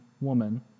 woman